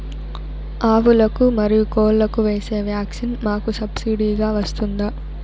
ఆవులకు, మరియు కోళ్లకు వేసే వ్యాక్సిన్ మాకు సబ్సిడి గా వస్తుందా?